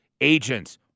agents